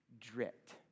dripped